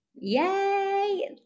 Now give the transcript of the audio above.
Yay